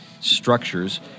structures